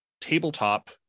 tabletop